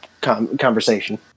conversation